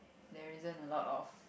there isn't a lot of